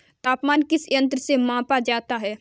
तापमान किस यंत्र से मापा जाता है?